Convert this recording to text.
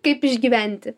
kaip išgyventi